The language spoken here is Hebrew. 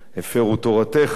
הפרו תורתך";